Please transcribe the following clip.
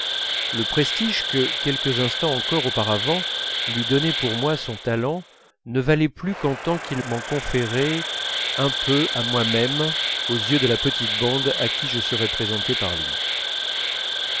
le prestige que quelques instants encore auparavant lui donnait pour moi son talent ne valait plus qu'en tant qu'il m'en conférait un peu à moi-même aux yeux de la petite bande à qui je serais présenté par lui